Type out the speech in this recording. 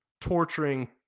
torturing